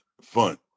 fun